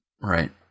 Right